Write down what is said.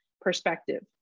perspective